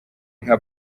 nka